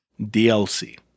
DLC